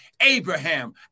Abraham